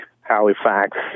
halifax